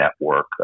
network